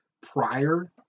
prior